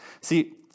See